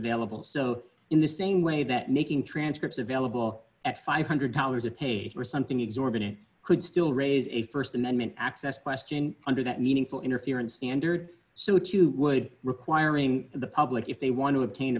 available so in the same way that making transcripts available at five hundred dollars a page or something exorbitant could still raise a st amendment access question under that meaningful interference and heard so too would requiring the public if they want to obtain